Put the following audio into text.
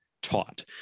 taught